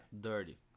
Dirty